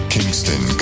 Kingston